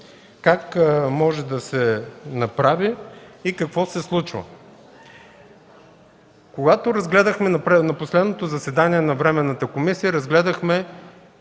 как може да се направи и какво се случва. Когато на последното заседание на Временната комисия разгледахме